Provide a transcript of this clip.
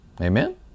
Amen